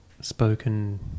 spoken